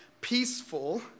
peaceful